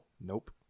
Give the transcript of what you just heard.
Nope